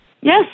Yes